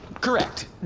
Correct